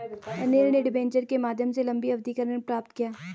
अनिल ने डिबेंचर के माध्यम से लंबी अवधि का ऋण प्राप्त किया